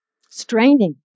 straining